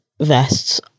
vests